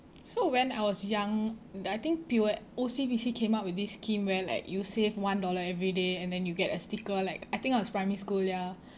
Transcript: so when I was young I think P_O_S O_C_B_C came up with this scheme where like you save one dollar everyday and then you get a sticker like I think I was primary school ya